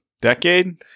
Decade